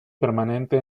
permanente